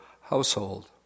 household